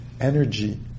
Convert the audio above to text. Energy